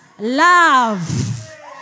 Love